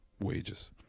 wages